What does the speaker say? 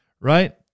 right